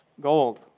gold